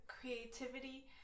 creativity